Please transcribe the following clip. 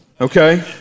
Okay